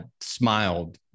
smiled